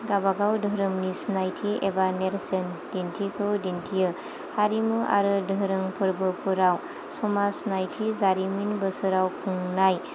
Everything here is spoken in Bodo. गावबागाव धोरोमनि सिनायथि एबा नेर्सोन दिन्थिखौ दिन्थियो हारिमु आरो धोरोम फोरबोफोराव समाज नायखि जारिमिन बोसोराव खुंनाय